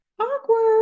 Awkward